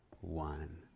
one